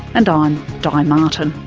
and i'm di martin.